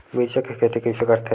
मिरचा के खेती कइसे करथे?